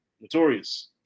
notorious